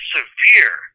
severe